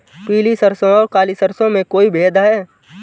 पीली सरसों और काली सरसों में कोई भेद है?